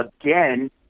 again